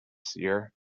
seer